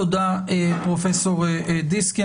תודה, פרופ' דיסקין.